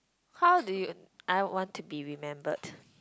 how do you I want to be remembered